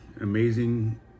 amazing